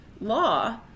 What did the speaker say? Law